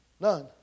None